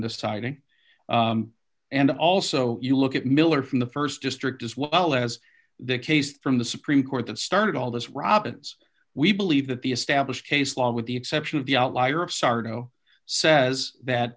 deciding and also you look at miller from the st district as well as the case from the supreme court that started all this robins we believe that the established case law with the exception of the outlier sardo says that